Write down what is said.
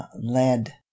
lead